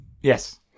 Yes